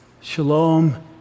shalom